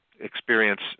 experience